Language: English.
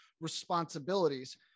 responsibilities